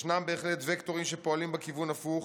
ישנם בהחלט וקטורים שפועלים בכיוון הפוך,